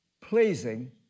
pleasing